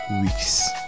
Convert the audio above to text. weeks